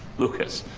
lucas